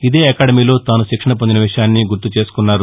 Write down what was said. ఇదే అకాడమీలో తాను శిక్షణ పొందిన విషయాన్ని గుర్తుచేసుకున్నారు